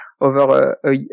over